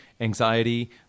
anxiety